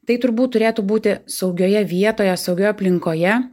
tai turbūt turėtų būti saugioje vietoje saugioje aplinkoje